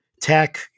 tech